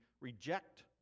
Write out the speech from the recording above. reject